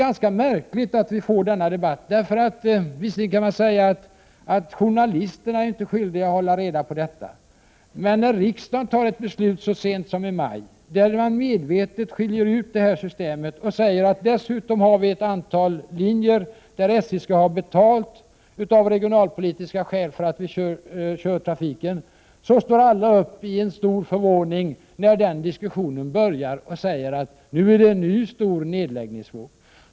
Jag tycker att denna debatt är märklig. Visserligen kan man säga att journalisterna inte är skyldiga att hålla reda på detta. Men när riksdagen fattar ett beslut så sent som i maj, medvetet skiljer ut detta system och säger 27 att SJ av regionalpolitiska skäl skall ha betalt för att dessutom driva trafik på ett antal linjer, är det underligt att alla i början av den diskussionen står upp i stor förvåning och talar om en ny stor nedläggningsvåg.